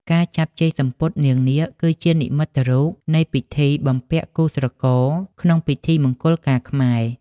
ការចាប់ជាយសំពត់នាងនាគ គឺជានិមិត្តរូបនៃពិធី បំពាក់គូស្រករ ក្នុងពិធីមង្គលការខ្មែរ។